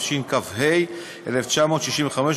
תשכ"ה 1965,